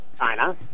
China